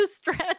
stretch